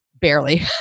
barely